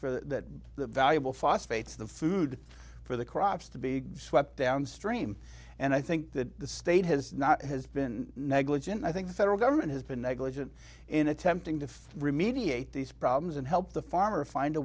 for that the valuable phosphates the food for the crops to be swept downstream and i think that the state has not has been negligent i think the federal government has been negligent in attempting to remediate these problems and help the farmer find a